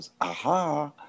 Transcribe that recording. aha